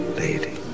lady